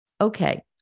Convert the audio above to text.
Okay